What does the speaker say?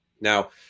Now